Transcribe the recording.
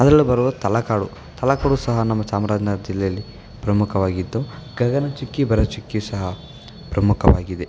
ಅದರಲ್ಲಿ ಬರುವ ತಲಕಾಡು ತಲಕಾಡು ಸಹ ನಮ್ಮ ಚಾಮ್ರಾಜ್ನಗರ ಜಿಲ್ಲೆಯಲ್ಲಿ ಪ್ರಮುಖವಾಗಿದ್ದು ಗಗನಚುಕ್ಕಿ ಭರಚುಕ್ಕಿ ಸಹ ಪ್ರಮುಖವಾಗಿದೆ